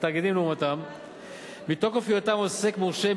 מתוקף היותם עוסק מורשה,